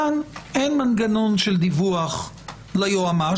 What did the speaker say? כאן אין מנגנון של דיווח ליועמ"ש.